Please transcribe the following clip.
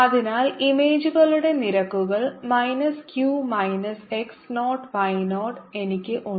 അതിനാൽ ഇമേജുകളുടെ നിരക്കുകൾ minus q minus x not y not എനിക്ക് ഉണ്ട്